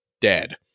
dead